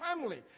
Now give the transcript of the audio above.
family